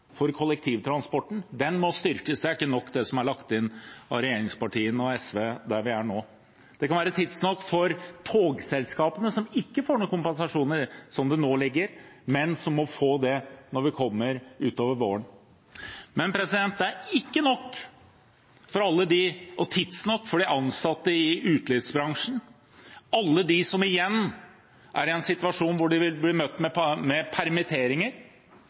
for kollektivtransporten. Den må styrkes. Det er ikke nok, det som er lagt inn av regjeringspartiene og SV der vi er nå. Det kan være tidsnok for togselskapene som ikke får noen kompensasjon slik det nå er, men som må få det når vi kommer utpå våren. Det er ikke nok og tidsnok for alle ansatte i utelivsbransjen, alle de som igjen er i en situasjon hvor de vil bli møtt med